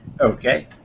Okay